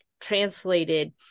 translated